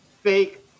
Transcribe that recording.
fake